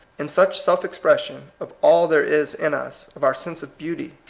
in such self-expression, of all there is in us, of our sense of beauty,